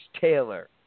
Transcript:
Taylor